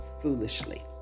foolishly